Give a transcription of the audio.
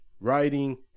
writing